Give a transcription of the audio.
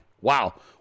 Wow